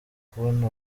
kubona